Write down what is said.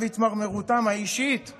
תמונת הניצחון היחידה